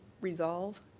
resolve